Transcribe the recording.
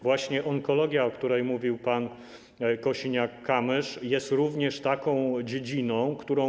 Właśnie onkologia, o której mówił pan Kosiniak-Kamysz, jest również taką dziedziną, którą.